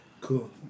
Cool